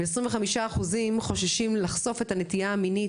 כ-25% חוששים לחשוב את הנטייה המינית